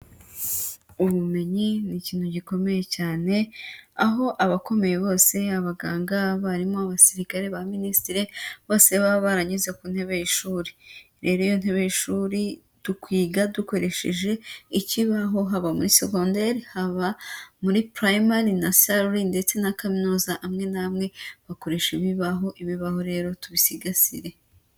Ubumenyi ni ikintu gikomeye cyane, aho abakomeye bose, abaganga, abarimu, abasirikare abaminisitire bose baba baranyuze ku ntebe y'ishuri, rero iyo ntebe y'ishuri twiga dukoresheje ikibaho haba muri segonderi, haba muri primary, nursury ndetse na kaminuza amwe namwe bakoresha ibibaho, ibibaho rero tubisigasire.